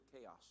chaos